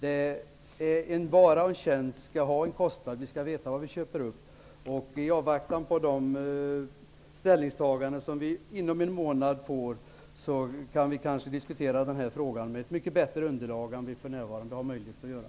En vara och en tjänst skall ha en kostnad. Vi skall veta vad vi köper upp. Vi kan avvakta de ställningstaganden som vi får inom en månad. Då kan vi kanske diskutera denna fråga med ett mycket bättre underlag än vad vi för närvarande har möjlighet att göra.